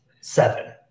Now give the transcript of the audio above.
seven